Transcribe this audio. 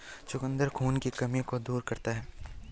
चुकंदर खून की कमी को भी दूर करता है